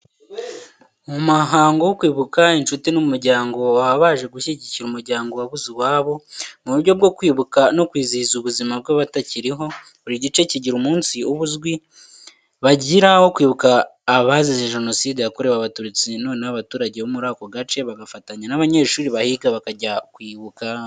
Mu muhango wo kwibuka, incuti n'umuryango baba baje gushyigikira umuryango wabuze uwabo. Mu buryo bwo kwibuka no kwizihiza ubuzima bwabatakiriho, buri gice kigira umunsi uba uzwi bagira wo kwibuka abazize Jenoside yakorewe Abatutsi noneho abaturage bo muri ako gace bagafatanya n'abanyeshuri bahiga bakajya kwibuka.